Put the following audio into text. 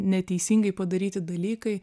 neteisingai padaryti dalykai